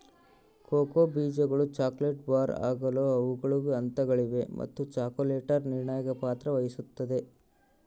cocoa ಬೀಜಗಳು chocolate bar ಆಗಲು ಹಲವು ಹಂತಗಳಿವೆ ಮತ್ತು ಚಾಕೊಲೇಟರ್ ನಿರ್ಣಾಯಕ ಪಾತ್ರ ವಹಿಸುತ್ತದ